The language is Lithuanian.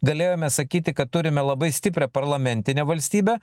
galėjome sakyti kad turime labai stiprią parlamentinę valstybę